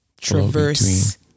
traverse